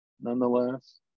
nonetheless